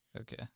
Okay